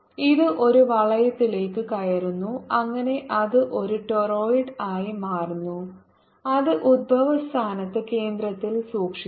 ഇത് ഒരു വളയത്തിലേക്ക് കയറുന്നു അങ്ങനെ അത് ഒരു ടോർറോയ്ഡ് ആയി മാറുന്നു അത് ഉത്ഭവസ്ഥാനത്ത് കേന്ദ്രത്തിൽ സൂക്ഷിക്കുന്നു